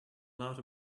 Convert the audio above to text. lot